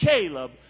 Caleb